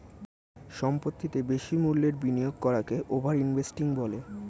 সম্পত্তিতে বেশি মূল্যের বিনিয়োগ করাকে ওভার ইনভেস্টিং বলে